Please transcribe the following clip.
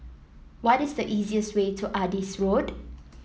what is the easiest way to Adis Road